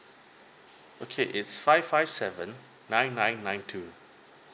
okay is five five seven nine nine nine two